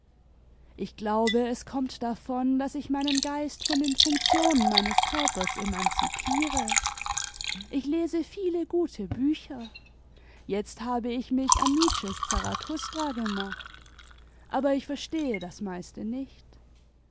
ich glaube es kommt davon daß ich meinen cxeist von den funktionen meines körpers emanzipiere ich lese viele gute bücher jetzt habe ich mich an nietzsches zarathustra gemacht aber ich verstehe das meiste nicht